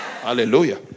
Hallelujah